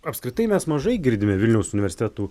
apskritai mes mažai girdime vilniaus universitetų